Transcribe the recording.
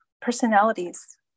personalities